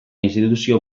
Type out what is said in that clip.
instituzio